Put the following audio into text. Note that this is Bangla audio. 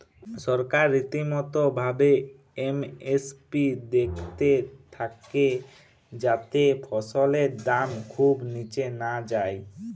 সরকার রীতিমতো ভাবে এম.এস.পি দ্যাখতে থাক্যে যাতে ফসলের দাম খুব নিচে না যায়